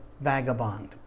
vagabond